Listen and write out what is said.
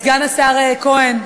סגן השר כהן,